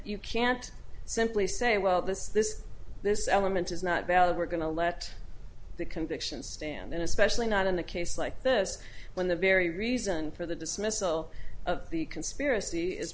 you can't simply say well this this this element is not valid we're going to let the convictions stand then especially not in a case like this when the very reason for the dismissal of the conspiracy is